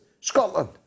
Scotland